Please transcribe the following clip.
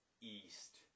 east